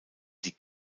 die